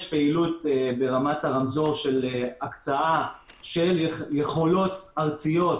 יש פעילות ברמת הרמזור של הקצאה של יכולות ארציות